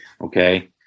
okay